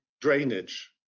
drainage